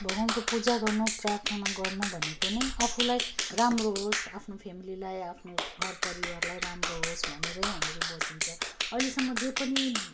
भगवान्को पूजा गर्नु प्रार्थना गर्नु भनेको नै अफूलाई राम्रो होस् आफ्नो फ्यामिलिलाई आफ्नो घर परिवारलाई राम्रो होस् भनेर हामीहरू बसिन्छ अहिलेसम्म जे पनि